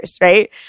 right